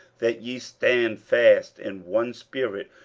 that ye stand fast in one spirit,